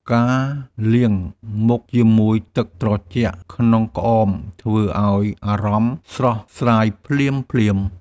ការលាងមុខជាមួយទឹកត្រជាក់ក្នុងក្អម ធ្វើឱ្យអារម្មណ៍ស្រស់ស្រាយភ្លាមៗ។